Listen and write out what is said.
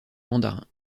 mandarin